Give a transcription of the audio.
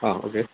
ആ ഓക്കേ